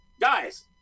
Guys